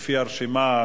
לפי הרשימה,